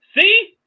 see